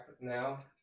now